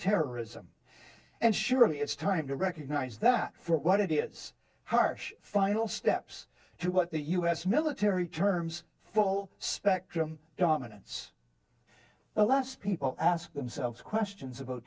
terrorism and surely it's time to recognize that for what it is harsh final steps to what the u s military terms full spectrum dominance the less people ask themselves questions about